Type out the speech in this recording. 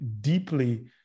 deeply